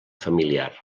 familiar